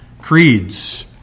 creeds